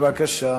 בבקשה.